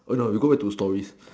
!oi! no we go back to stories